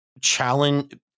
challenge